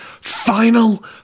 final